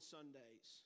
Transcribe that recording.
Sundays